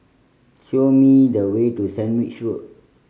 show me the way to Sandwich Road